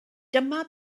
dyma